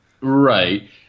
Right